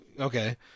Okay